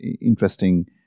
interesting